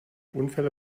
unfälle